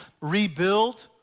rebuild